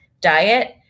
diet